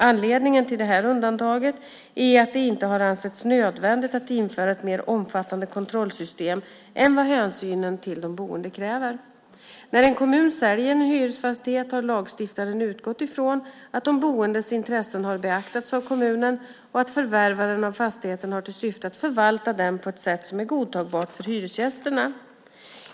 Anledningen till det undantaget är att det inte har ansetts nödvändigt att införa ett mer omfattande kontrollsystem än vad hänsynen till de boende kräver. När en kommun säljer en hyresfastighet har lagstiftaren utgått från att de boendes intressen har beaktats av kommunen och att förvärvaren av fastigheten har till syfte att förvalta den på ett sätt som är godtagbart för hyresgästerna.